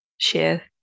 Share